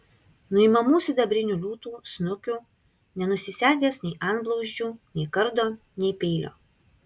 nuimamų sidabrinių liūtų snukių nenusisegęs nei antblauzdžių nei kardo nei peilio